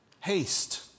Haste